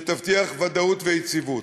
שתבטיח ודאות ויציבות.